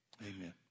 Amen